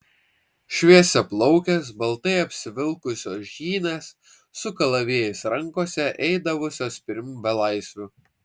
šviesiaplaukės baltai apsivilkusios žynės su kalavijais rankose eidavusios pirm belaisvių